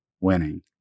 Winning